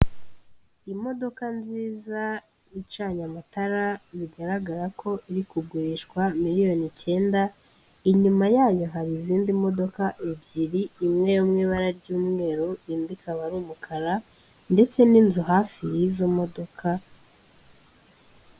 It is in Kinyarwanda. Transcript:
Imodoka nziza icanye amatara bigaragara ko iri kugurishwa miliyoni icyenda, inyuma yayo hari izindi modoka ebyiri, imwe yo mu ibara ry'umweru indi ikaba ari umukara ndetse n'inzu hafi y'izo modoka.